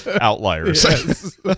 outliers